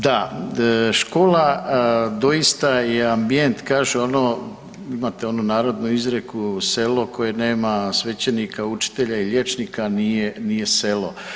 Da, škola doista je ambijent, kaže ono, imate onu narodnu izreku selo koje nema svećenika, učitelja i liječnika, nije selo.